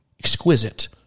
exquisite